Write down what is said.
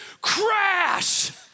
crash